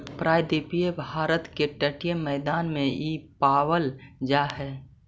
प्रायद्वीपीय भारत के तटीय मैदान में इ पावल जा हई